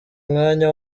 umwanya